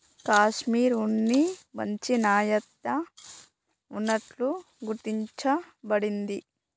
కాషిమిర్ ఉన్ని మంచి నాణ్యత ఉన్నట్టు గుర్తించ బడింది